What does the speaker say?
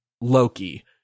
loki